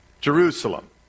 Jerusalem